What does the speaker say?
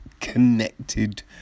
Connected